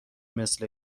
مثل